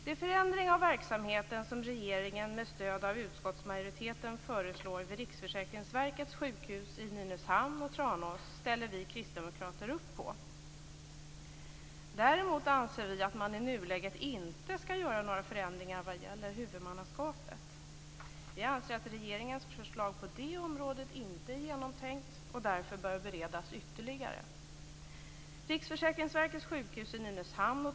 De förändringar av verksamheten som regeringen med stöd av utskottsmajoriteten föreslår vid Riksförsäkringsverkets sjukhus i Nynäshamn och Tranås ställer vi kristdemokrater upp på. Däremot anser vi att man i nuläget inte skall göra några förändringar vad gäller huvudmannaskapet. Vi anser att regeringens förslag på det området inte är genomtänkt och därför bör beredas ytterligare.